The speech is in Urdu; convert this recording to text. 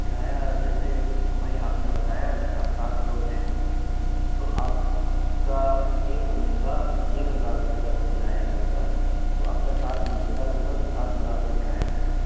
کرایہ جیسے بھائی آپ نے بتایا کہ آپ سات لوگ ہیں تو آپ کا ایک بندے کا ایک ہزار روپئے لگ بھگ کرایہ لگے گا تو آپ کا سات بندے کا لگ بھگ سات ہزار روپئے کرایہ جائے گا